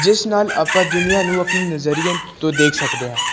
ਜਿਸ ਨਾਲ ਆਪਾਂ ਦੁਨੀਆਂ ਨੂੰ ਆਪਣੇ ਨਜ਼ਰੀਏ ਤੋਂ ਦੇਖ ਸਕਦੇ ਹਾਂ